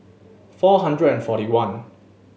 four hundred and forty one